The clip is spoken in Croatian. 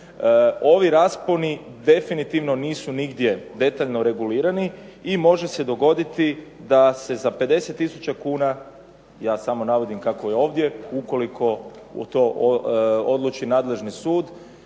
ovi rasponi definitivno nisu nigdje detaljno regulirani i može se dogoditi da se za 50 tisuća kuna, ja samo navodim kako je ovdje ukoliko u to odluči nadležni sud,